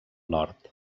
nord